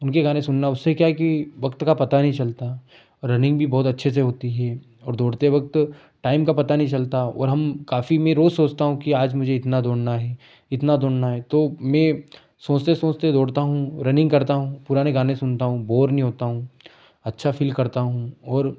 उनके गाने सुनना उससे क्या है कि वक्त का पता नहीं चलता और रनिंग भी बहुत अच्छे से होती हैं और दौड़ते वक्त टाइम का पता नहीं चलता और हम काफी मैं रोज सोचता हूँ कि आज मुझे इतना दौड़ना है इतना दौड़ना है तो मैं सोचते सोचते दौड़ता हूँ रनिंग करता हूँ पुराने गाने सुनता हूँ बोर नहीं होता हूँ अच्छा फील करता हूँ और